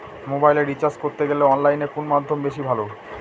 মোবাইলের রিচার্জ করতে গেলে অনলাইনে কোন মাধ্যম বেশি ভালো?